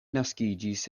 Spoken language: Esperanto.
naskiĝis